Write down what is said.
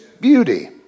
beauty